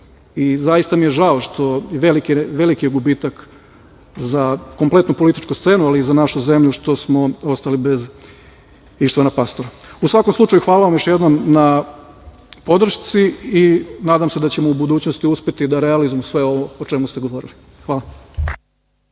i žao mi je što je veliki gubitak za kompletnu političku scenu, ali i za našu zemlju što smo ostali bez Ištvana Pastora.U svakom slučaju, hvala vam još jednom na podršci i nadam se da ćemo u budućnosti uspeti da realizujemo sve ovo o čemu ste govorili. Hvala.